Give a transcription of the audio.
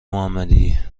محمدی